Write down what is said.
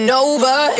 over